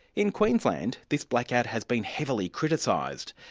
in queensland, this blackout has been heavily criticised.